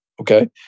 Okay